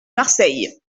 marseille